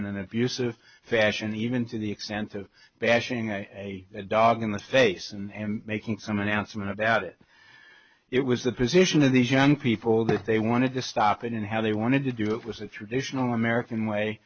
in an abusive fashion even to the extent of bashing a dog in the face and making some announcement about it it was the position of these young people that they wanted to stop in and how they wanted to do it was a traditional american way